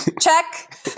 Check